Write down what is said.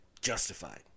justified